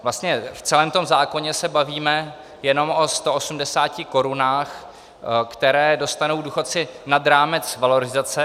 Vlastně v celém zákoně se bavíme jenom o 180 korunách, které dostanou důchodci nad rámec valorizace.